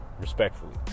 respectfully